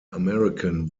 american